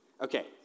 Okay